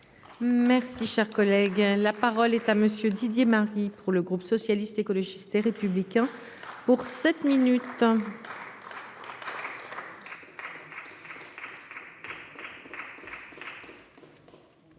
Merci cher collègue hein. La parole est à monsieur Didier Marie pour le groupe socialiste, écologiste et républicain. Pour sept minutes.--